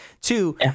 Two